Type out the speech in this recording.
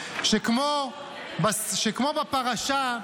שכמו בפרשה,